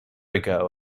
ago